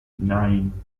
nine